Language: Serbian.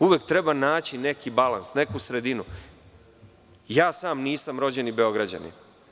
Uvek treba naći neki balans, neku sredinu, Nisam rođeni Beograđanin.